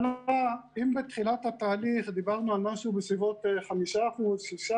ואם בתחילת התהליך דיברנו על משהו בסביבות 5%, 6%,